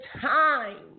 time